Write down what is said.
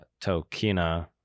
Tokina